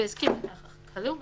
והסכים לכך הכלוא,